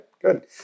Good